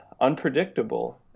unpredictable